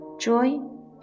joy